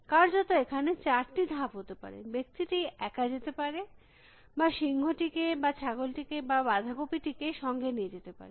কার্যত এখানে চারটি ধাপ হতে পারে ব্যক্তিটি একা যেতে পারে বা সিংহ টিকে বা ছাগল টিকে বা বাঁধাকপি টিকে সঙ্গে নিয়ে যেতে পারে